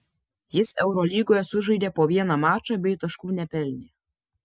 jis eurolygoje sužaidė po vieną mačą bei taškų nepelnė